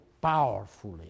powerfully